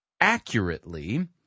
accurately